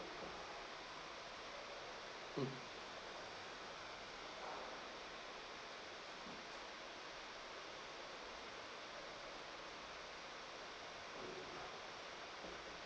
mm